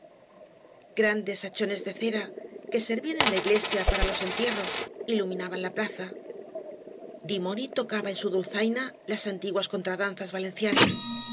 grandes hachones de cera que servían en la iglesia para los entierros iluminaban la plaza dimoni tocaba en su dulzaina las antiguas contradanzas valencianas la